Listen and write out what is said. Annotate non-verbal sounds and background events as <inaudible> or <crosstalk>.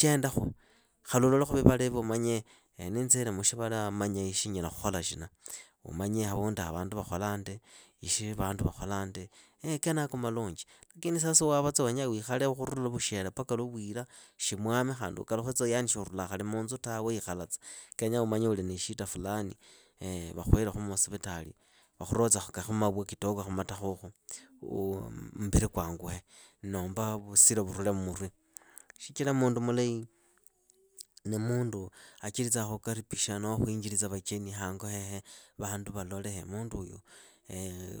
Chendakhu. khali ulolekhu vivalaivi umanye niinzile mushivala manya ishi nanyala khola shina. umanye havunduaha vandu vakholaa ndi. ishi vandu vakhola ndi, kenako malunji. Lakini sasa waavatsa wenya wiikhale khurula lwa vushere paka lwa vira. shimwame yani shuurulaa munzu tawe wahikhalatsa, kenya umanye uliniishita fulani, vakhuhilelhu muusivitari vakhurotsekhu mawa khumatakhoukhu <hesitation> mbili kwanguhe nohomba vusilo vurule mmurwi. Shichira mundu mulahi ni mundu acheritsa khukaripisha vacheni hango hehe, vandu valole munduuyu